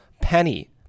penny